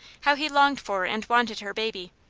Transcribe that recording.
how he longed for and wanted her baby,